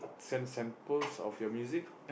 send samples of your music